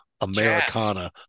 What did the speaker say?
Americana